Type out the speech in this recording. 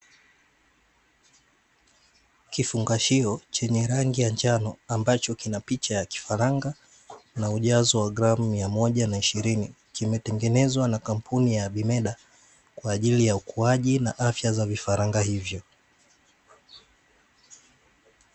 Kifungashio chenye rangi ya njano ambacho kina picha ya kifaranga na ujazo wa gramu mia moja na ishirini, kimetengenezwa na kampuni ya Vimeda kwa ajili ya ukuaji na afya ya vifaranga hivyo.